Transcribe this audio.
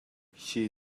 she